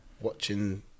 watching